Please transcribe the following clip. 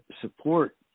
support